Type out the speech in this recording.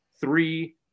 three